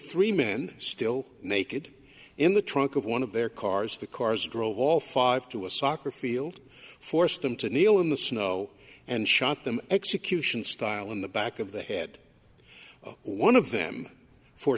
three men still naked in the trunk of one of their cars the cars drove all five to a soccer field forced them to kneel in the snow and shot them execution style in the back of the head one of them for